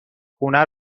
خونه